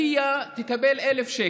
לקיה תקבל 1,000 שקל,